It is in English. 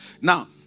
Now